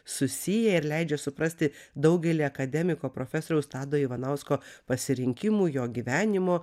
susiję ir leidžia suprasti daugelį akademiko profesoriaus tado ivanausko pasirinkimų jo gyvenimo